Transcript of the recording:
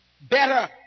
better